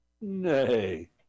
nay